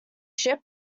ship